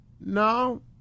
No